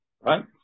Right